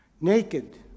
Naked